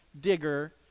digger